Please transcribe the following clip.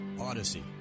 Odyssey